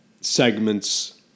segments